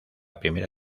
primera